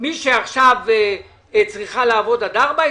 שמי שעכשיו צריכה לעבוד עד 4:00,